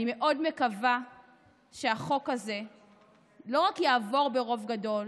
אני מאוד מקווה שהחוק הזה לא רק יעבור ברוב גדול